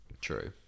True